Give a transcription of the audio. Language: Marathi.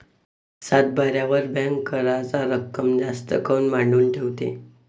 सातबाऱ्यावर बँक कराच रक्कम जास्त काऊन मांडून ठेवते?